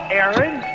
Aaron